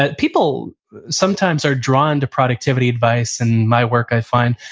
but people sometimes are drawn to productivity advice in my work i find,